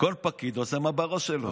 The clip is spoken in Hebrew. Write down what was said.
כל פקיד עושה מה שבראש שלו.